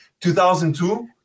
2002